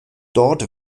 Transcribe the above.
dort